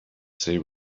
they